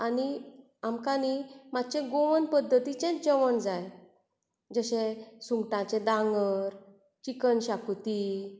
आनी आमकां मातशें गोवन पद्दतीचेंच जेवण जाय जशें सुंगटाचें डांगर चिकन शाकुती